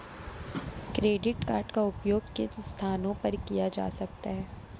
Credit card का उपयोग किन स्थानों पर किया जा सकता है?